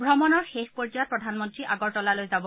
ভ্ৰমণৰ শেষ পৰ্যায়ত প্ৰধানমন্ত্ৰী আগৰতলালৈ যাব